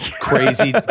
Crazy